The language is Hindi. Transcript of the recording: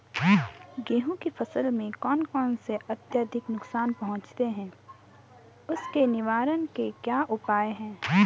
गेहूँ की फसल में कौन कौन से कीट अत्यधिक नुकसान पहुंचाते हैं उसके निवारण के क्या उपाय हैं?